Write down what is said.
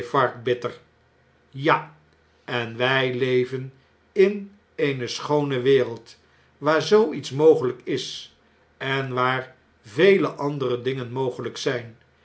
ja en wij leven in eene schoone wereld waar zoo iets mogelijk is en waar vele andere dingen mogeln'k zya